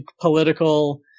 political